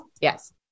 yes